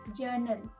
journal